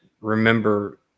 remember